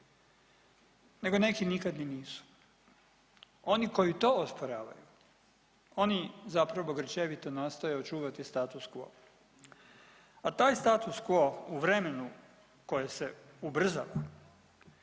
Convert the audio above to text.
nego neki nikad ni nisu. Oni koji to osporavaju oni zapravo grčevito nastoje očuvati status quo, a taj status quo u vremenu koje se ubrzava